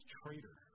traitor